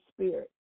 Spirit